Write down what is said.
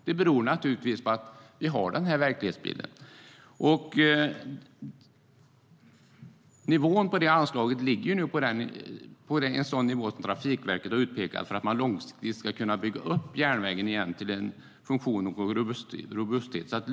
Det beror naturligtvis på att vi ser verklighetsbilden. Anslaget ligger på en sådan nivå att Trafikverket långsiktigt kan bygga upp en funktionell och robust järnväg.